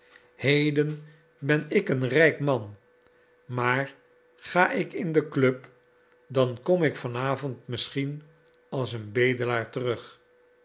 heden ben ik een rijk man maar ga ik in de club dan kom ik van avond misschien als een bedelaar terug